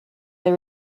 they